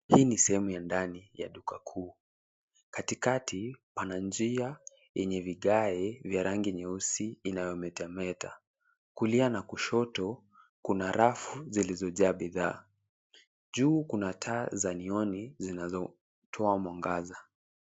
Hii ni sehemu ya ndani ya duka kuu, katikati pana njia yenye vigae vya rangi nyeusi inayometameta. Kulia na kushoto kuna rafu zilizojaa bidhaa. Juu kuna taa za neoni zinazotoa mwangaza.